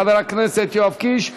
חבר הכנסת יואב קיש.